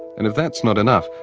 and if that's not enough,